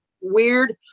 weird